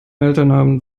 elternabend